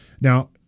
Now